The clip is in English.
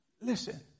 Listen